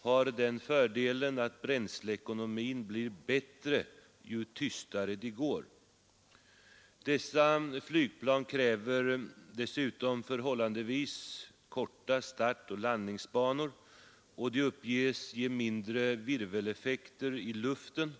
har den fördelen att bränsleekonomin blir bättre ju tystare de går. Dessa flygplan kräver förhållandevis korta startoch landningsbanor, och de uppges ge mindre virveleffekter i luften.